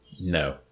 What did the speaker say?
No